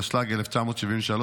התשל"ג 1973,